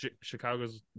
Chicago's